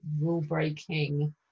rule-breaking